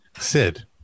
Sid